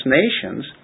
nations